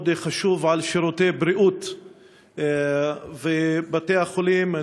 חשוב על שירותי בריאות ועל בתי-החולים,